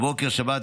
בבוקר שבת,